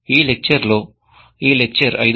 ఈ లెక్చర్ లో ఈ లెక్చర్ 5